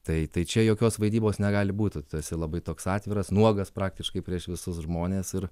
tai tai čia jokios vaidybos negali būti tu esi labai toks atviras nuogas praktiškai prieš visus žmones ir